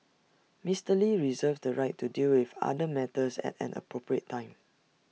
Mister lee reserves the right to deal with other matters at an appropriate time